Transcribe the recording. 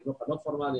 החינוך הלא פורמלי,